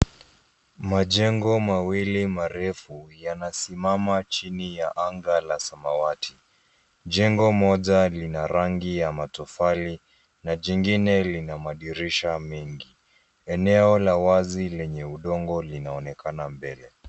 Majengo mawili marefu, yanasimama chini ya anga la samawati. Jengo moja lina rangi ya matofali, na jingine lina madirisha mengi. Eneo la wazi lenye udongo linaonekana mbele.